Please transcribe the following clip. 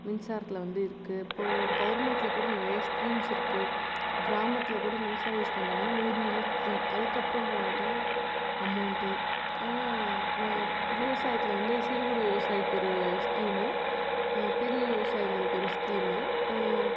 மின்சாரத்தில் வந்து இருக்கு இப்போ கவர்மெண்ட்ல கூட நிறையா ஸ்கீம்ஸ் இருக்கு கிராமத்தில் கூட மின்சாரம் யூஸ் பண்ணுறாங்கன்னா நூறு யூனிட் ஃப்ரீ அதற்கப்பறம் போனால்தான் அமௌண்ட்டு ஆனால் ம விவசாயத்தில் வந்து சிறுகுறு விவசாயிக்கு ஒரு ஸ்கீமும் பெரிய விவசாயிங்களுக்கு ஒரு ஸ்கீமும்